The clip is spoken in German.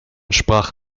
sprach